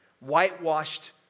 Whitewashed